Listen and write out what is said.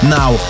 now